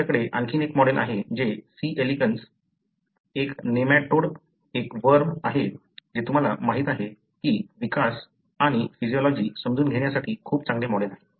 तुमच्याकडे आणखी एक मॉडेल आहे जे C एलिगन्स एक नेमॅटोड एक वर्म आहे जे तुम्हाला माहिती आहे की विकास आणि फिजियोलॉजी समजून घेण्यासाठी खूप चांगले मॉडेल आहे